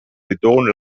ditugun